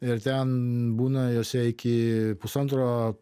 ir ten būna jose iki pusantro